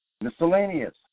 Miscellaneous